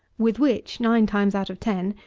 with which, nine times out of ten,